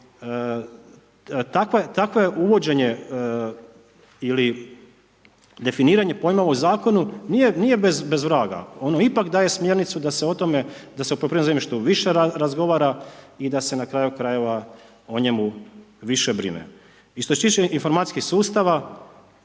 ali takvo uvođenje ili definiranje pojmova u zakonu, nije bez vraga, ono ipak daje smjernicu da se o tome, da se o poljoprivrednom zemljištu više razgovara da se i na kraju krajeva o njemu više brine. I što se tiče informacijskih sustava